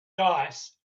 dice